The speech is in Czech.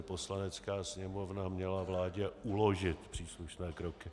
Poslanecká sněmovna měla vládě uložit příslušné kroky.